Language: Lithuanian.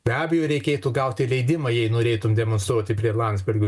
be abejo reikėtų gauti leidimą jei norėtum demonstruoti prie landsbergio